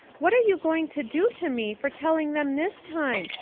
what are you going to do to me for telling them this time?